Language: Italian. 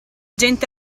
gente